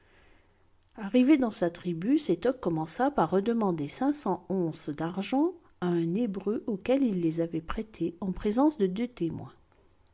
arrivé dans sa tribu sétoc commença par redemander cinq cents onces d'argent à un hébreu auquel il les avait prêtées en présence de deux témoins